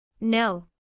No